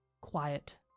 quiet